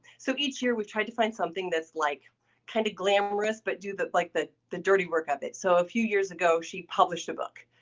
so, each year we try to find something that's like kind kind of glamorous, but do but like the the dirty work of it. so, a few years ago, she published a book.